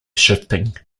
shifting